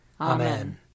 Amen